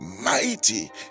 mighty